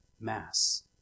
Mass